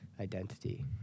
identity